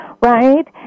right